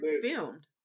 filmed